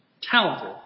talented